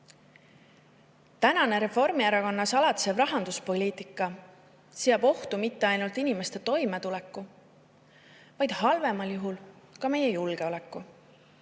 seada."Tänane Reformierakonna salatsev rahanduspoliitika seab ohtu mitte ainult inimeste toimetuleku, vaid halvemal juhul ka meie julgeoleku,